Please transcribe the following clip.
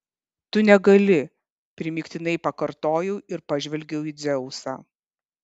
tu negali primygtinai pakartojau ir pažvelgiau į dzeusą